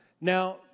Now